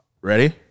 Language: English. Ready